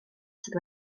sydd